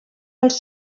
als